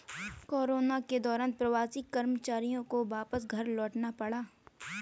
corona के दौरान प्रवासी कर्मचारियों को वापस घर लौटना पड़ा